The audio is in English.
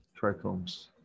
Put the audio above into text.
trichomes